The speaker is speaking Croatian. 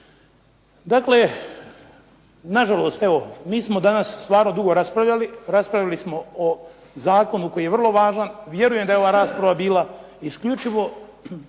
Dakle, nažalost evo mi smo danas stvarno dugo raspravljali, raspravili smo o zakonu koji je vrlo važan. Vjerujem da je ova rasprava bila isključivo